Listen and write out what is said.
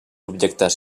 objectes